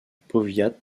powiat